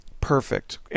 Perfect